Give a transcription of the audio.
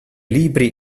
libri